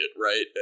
right